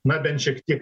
na bent šiek tiek